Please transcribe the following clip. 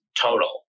total